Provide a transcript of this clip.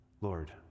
Lord